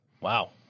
Wow